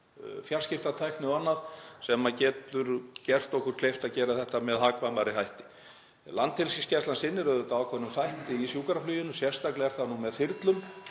fjarskiptatækni og annað, sem gerir okkur kleift að gera þetta með hagkvæmari hætti. Landhelgisgæslan sinnir auðvitað ákveðnum þætti í sjúkrafluginu, sérstaklega er það nú með þyrlum